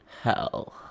Hell